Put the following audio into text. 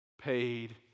paid